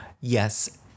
yes